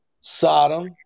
Sodom